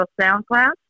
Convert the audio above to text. SoundCloud